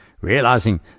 realizing